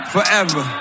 Forever